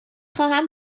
خواهم